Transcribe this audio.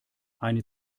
eine